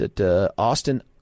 Austin